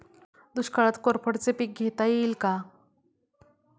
दुष्काळात कोरफडचे पीक घेता येईल का?